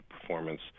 performance